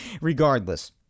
regardless